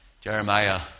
Jeremiah